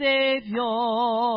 Savior